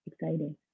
exciting